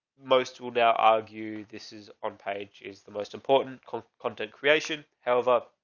most would ah argue this is on page is the most important content creation. however,